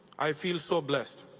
i feel so blessed.